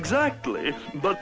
exactly but